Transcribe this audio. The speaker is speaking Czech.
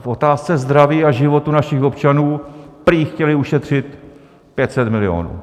V otázce zdraví a životů našich občanů prý chtěli ušetřit pět set milionů.